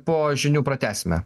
po žinių pratęsime